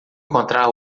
encontrar